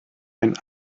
ein